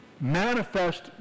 manifest